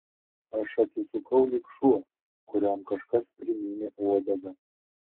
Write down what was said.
aš atsisukau lyg šuo kuriam kažkas primynė uodegą